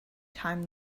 time